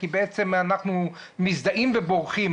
כי אנחנו מזדהים ובורחים,